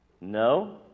No